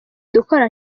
dukora